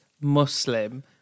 Muslim